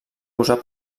usar